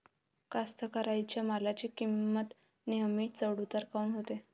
कास्तकाराइच्या मालाची किंमत नेहमी चढ उतार काऊन होते?